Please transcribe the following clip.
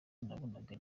nabonaga